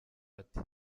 ati